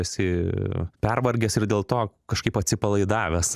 esi pervargęs ir dėl to kažkaip atsipalaidavęs